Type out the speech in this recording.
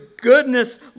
goodness